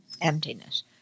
Emptiness